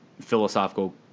philosophical